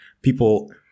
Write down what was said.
people